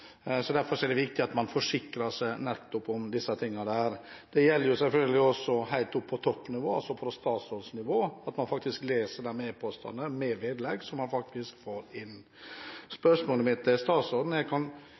Derfor er det viktig at man forsikrer seg om dette. Det gjelder selvfølgelig også helt opp på toppnivå – på statsrådsnivå – at man faktisk leser e-postene med vedlegg som man får inn. Spørsmålet mitt til statsråden er: